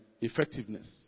effectiveness